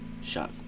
Shot